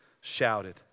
shouted